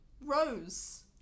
Rose